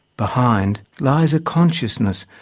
behind, lies a consciousness,